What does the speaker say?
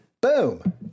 Boom